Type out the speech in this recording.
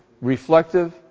Reflective